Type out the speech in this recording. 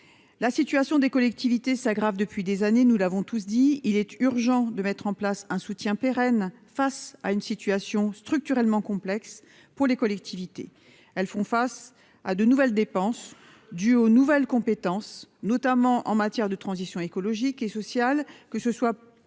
la situation des collectivités s'aggrave depuis des années, nous l'avons tous dit : il est urgent de mettre en place un soutien pérenne, face à une situation structurellement complexe pour les collectivités, elles font face à de nouvelles dépenses dues aux nouvelles compétences, notamment en matière de transition écologique et sociale, que ce soit pour la mise